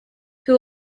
who